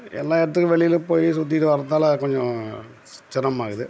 எல்லா இடத்துக்கும் வெளியில் போய் சுற்றிட்டு வரத்தாலே கொஞ்சம் சிரமமாக இருக்குது